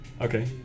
Okay